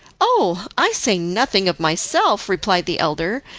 oh, i say nothing of myself, replied the elder,